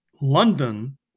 London